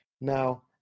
Now